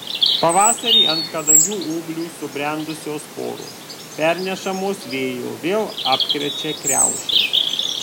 pavasarį ant kadagių ūglių subrendusios sporos pernešamos vėjo vėl apkrečia kriaušes